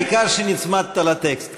העיקר שנצמדת לטקסט.